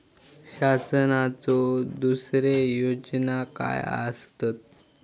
शासनाचो दुसरे योजना काय आसतत?